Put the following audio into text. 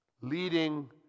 leading